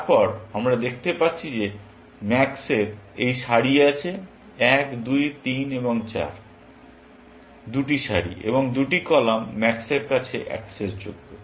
তারপর আমরা দেখতে পাচ্ছি যে ম্যাক্স এর এই সারি আছে এক দুই তিন এবং চার দুটি সারি এবং দুটি কলাম ম্যাক্সের কাছে অ্যাক্সেসযোগ্য